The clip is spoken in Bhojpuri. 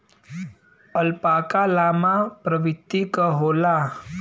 अल्पाका लामा प्रवृत्ति क होला